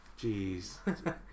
jeez